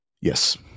Yes